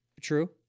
True